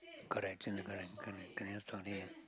correct correct correct end of story ah